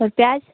और प्याज